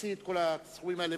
הוציא את כל הסכומים האלה?